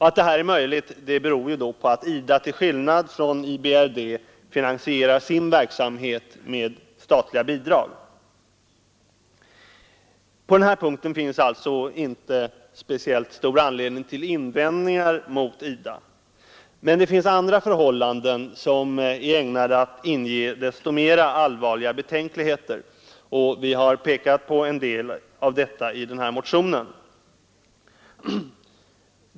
Att detta är möjligt beror på att IDA till skillnad från IBRD finansierar sin verksamhet med statliga bidrag. På denna punkt finns inte speciellt stor anledning till invändningar mot IDA. Men det finns andra förhållanden som är ägnade att inge desto allvarligare betänkligheter. Vi har pekat på en del av dem i motionen.